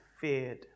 feared